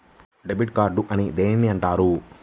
Debit card అని దేనిని అంటారు?